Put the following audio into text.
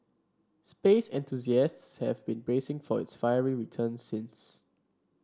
space enthusiasts have been bracing for its fiery return since